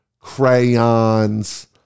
crayons